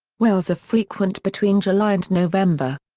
whales are frequent between july and november.